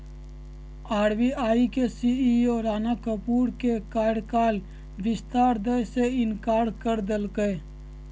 RBI के CEO Rana Kapoor के कार्यकाल विस्तार दय से इंकार कर देलकय